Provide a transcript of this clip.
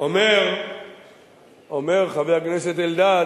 אומר חבר הכנסת אלדד,